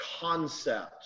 concept